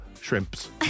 shrimps